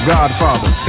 Godfather